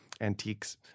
antiques